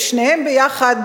ושניהם יחד,